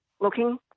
looking